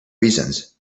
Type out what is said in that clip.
reasons